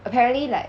apparently like